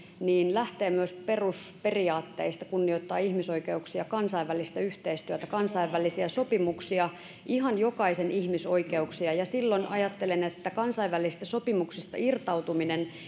lähtee myös perusperiaatteista kunnioittaa ihmisoikeuksia kansainvälistä yhteistyötä kansainvälisiä sopimuksia ihan jokaisen ihmisoikeuksia ja silloin ajattelen että kansainvälisistä sopimuksista irtautuminen